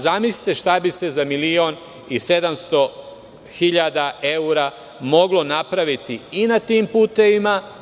Zamislite šta bi se za milion i 700 hiljada evra moglo uraditi i na tim putevima.